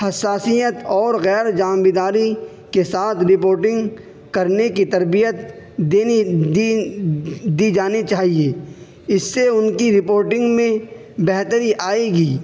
حساسیت اور غیر جانبداری کے ساتھ رپورٹنگ کرنے کی تربیت دینی دی دی جانی چاہیے اس سے ان کی رپورٹنگ میں بہتری آئے گی